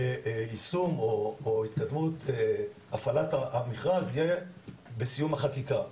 שיישום או התקדמות בהפעלת המכרז יהיו בסיום החקיקה.